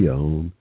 on